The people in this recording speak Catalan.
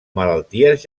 malalties